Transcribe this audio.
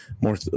more